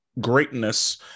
greatness